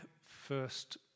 first